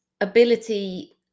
ability